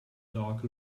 dark